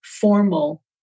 formal